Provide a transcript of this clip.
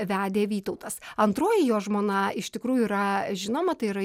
vedė vytautas antroji jo žmona iš tikrųjų yra žinoma tai yra